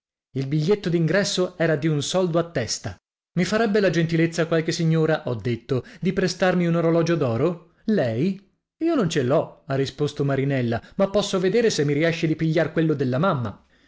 il biglietto d'ingresso era di un soldo a testa i farebbe la gentilezza qualche signora ho detto di prestarmi un orologio d'oro lei io non ce l'ho ha risposto marinella ma posso vedere se mi riesce di pigliar quello della mamma